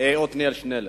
עתניאל שנלר.